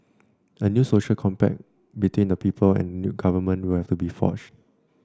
a new social compact between the people and new government will also have to be forged